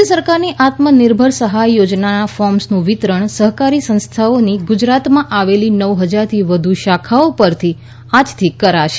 રાજ્ય સરકારની આત્મનિર્ભર સહાય યોજનાના ફોર્મ્સનું વિતરણ સહકારી સંસ્થાઓની ગુજરાતમાં આવેલી નવ હજારથી વધુ શાખાઓ પરથી આજથી કરાશે